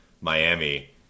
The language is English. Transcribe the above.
Miami